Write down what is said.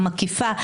המקיפה,